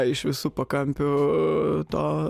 iš visų pakampių to